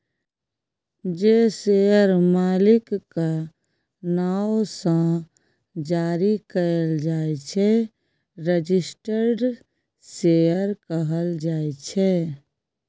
जे शेयर मालिकक नाओ सँ जारी कएल जाइ छै रजिस्टर्ड शेयर कहल जाइ छै